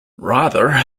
rather